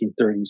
1930s